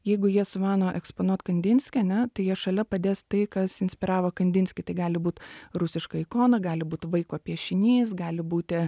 jeigu jie sumano eksponuot kandinskį ane tai jie šalia padės tai kas inspiravo kandinskį tai gali būt rusiška ikona gali būt vaiko piešinys gali būti